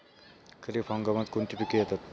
खरीप हंगामात कोणती पिके येतात?